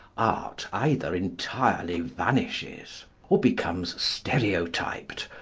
art either entirely vanishes, or becomes stereotyped,